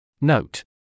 Note